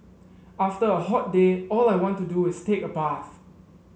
after a hot day all I want to do is take a bath